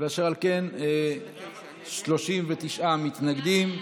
אשר על כן, 39 מתנגדים,